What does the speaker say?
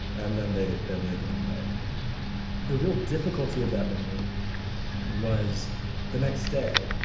and then they then they go away the real difficulty of that moment and was the next day,